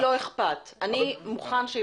הוא אומר שלו לא אכפת, הוא מוכן שיפגינו.